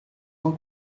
uma